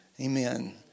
Amen